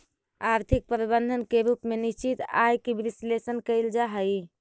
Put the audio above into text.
आर्थिक प्रबंधन के रूप में निश्चित आय के विश्लेषण कईल जा हई